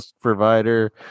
provider